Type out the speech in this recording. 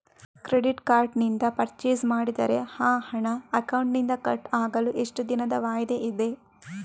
Credit card ನಿಂದ purchase ಮಾಡಿದರೆ ಆ ಹಣ ಅಕೌಂಟಿನಿಂದ ಕಟ್ ಆಗಲು ಎಷ್ಟು ದಿನದ ವಾಯಿದೆ ಇದೆ?